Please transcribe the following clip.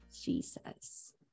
Jesus